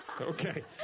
Okay